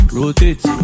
rotate